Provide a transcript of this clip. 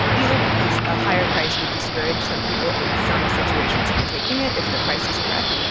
either because a higher price would discourage some people in some situations from taking it if the price is correct,